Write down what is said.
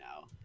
now